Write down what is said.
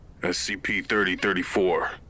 SCP-3034